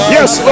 Yes